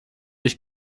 ich